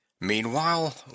Meanwhile